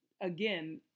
again